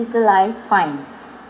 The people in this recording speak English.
~talise fine